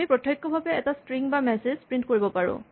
আমি প্ৰত্যক্ষভাৱে এটা স্ট্ৰিং বা মেছেজ প্ৰিন্ট কৰিব পাৰোঁ